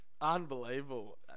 unbelievable